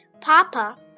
Papa